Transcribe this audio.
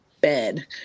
bed